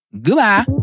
Goodbye